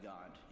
God